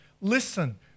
listen